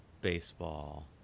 baseball